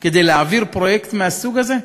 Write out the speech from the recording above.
כדי להעביר פרויקט מהסוג הזה?